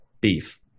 beef